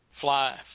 fly